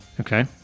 okay